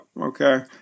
Okay